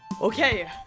Okay